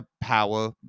power